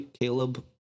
Caleb